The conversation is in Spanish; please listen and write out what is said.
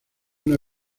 una